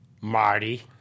Marty